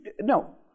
no